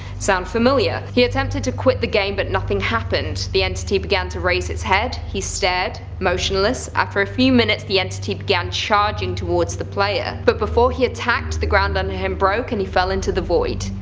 sound familiar? he attempted to quit the game but nothing happened. the entity began to raise it's head, he stared, motionless, after a few moments the entity began charging towards the players but before he attacked the ground under him broke and he fell into the void.